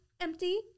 Empty